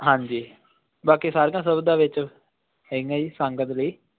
ਹਾਂਜੀ ਬਾਕੀ ਸਾਰੀਆਂ ਸੁਵਿਧਾ ਵਿੱਚ ਹੈਗੀਆਂ ਜੀ ਸੰਗਤ ਲਈ